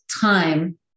time